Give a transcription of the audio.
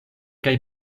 kaj